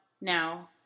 now